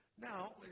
Now